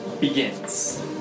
begins